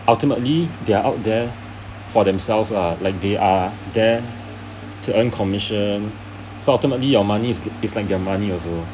ultimately they are out there for themselves lah like they are there to earn commission so ultimately your money is like is like their money also